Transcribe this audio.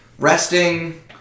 Resting